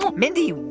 but mindy,